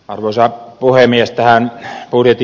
arvoisa puhemies